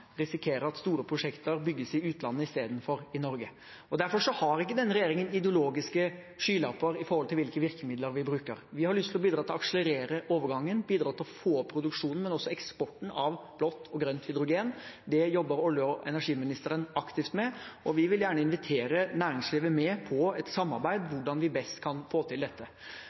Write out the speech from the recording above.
at store prosjekter bygges i utlandet i stedet for i Norge. Derfor har ikke denne regjeringen ideologiske skylapper med hensyn til hvilke virkemidler vi bruker. Vi har lyst til å bidra til å akselerere overgangen, bidra til å få opp produksjonen, men også eksporten av blått og grønt hydrogen. Det jobber olje- og energiministeren aktivt med. Og vi vil gjerne invitere næringslivet med på et samarbeid om hvordan vi best kan få til dette.